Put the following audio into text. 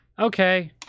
okay